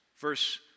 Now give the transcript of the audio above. Verse